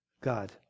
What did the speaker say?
God